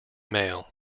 mail